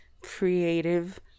creative